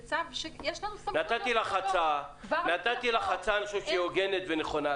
זה צו שיש לנו סמכות -- נתתי לך הצעה שהיא הוגנת ונכונה.